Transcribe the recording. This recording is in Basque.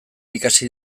ikasi